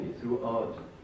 throughout